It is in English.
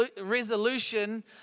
resolution